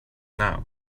now